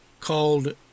called